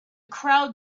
crowd